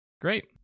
Great